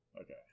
Okay